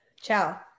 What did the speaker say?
Ciao